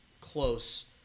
close